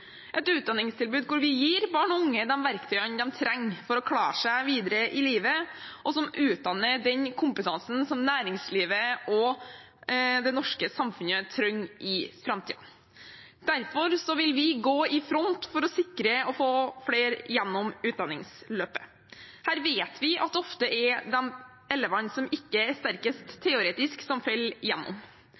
et utdanningstilbud hvor vi gir barn og unge de verktøyene de trenger for å klare seg videre i livet, og som utdanner den kompetansen som næringslivet og det norske samfunnet trenger i framtiden. Derfor vil vi gå i front for å sikre at vi får flere gjennom utdanningsløpet. Vi vet at det ofte er de elevene som ikke er sterkest teoretisk, som faller gjennom.